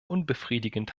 unbefriedigend